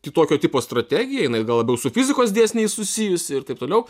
kitokio tipo strategija jinai gal labiau su fizikos dėsniais susijusi ir taip toliau